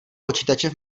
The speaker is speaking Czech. počítače